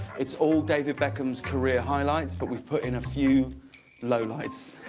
it's all david beckham's career highlights but we put in a few low lights.